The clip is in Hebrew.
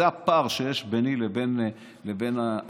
הפער שיש ביני לבין האוצר,